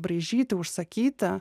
braižyti užsakyti